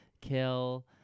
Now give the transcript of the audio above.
kill